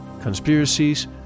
conspiracies